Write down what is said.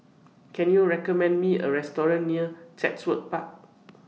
Can YOU recommend Me A Restaurant near Chatsworth Park